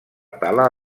tala